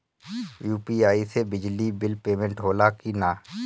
UPI से बिजली bill payment होला कि न?